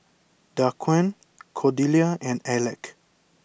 Daquan Cordelia and Aleck